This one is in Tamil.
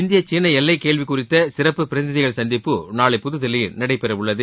இந்திய சீன எல்லை கேள்வி குறித்த சிறப்பு பிரதிநிதிகள் சந்திப்பு நாளை புதுதில்லியில் நடைபெறவுள்ளது